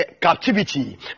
captivity